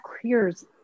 clears